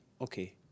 okay